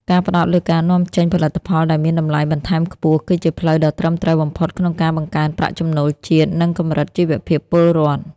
ការផ្ដោតលើការនាំចេញផលិតផលដែលមានតម្លៃបន្ថែមខ្ពស់ គឺជាផ្លូវដ៏ត្រឹមត្រូវបំផុតក្នុងការបង្កើនប្រាក់ចំណូលជាតិ និងកម្រិតជីវភាពពលរដ្ឋ។